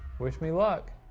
wish me luck.